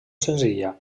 senzilla